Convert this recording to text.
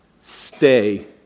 Stay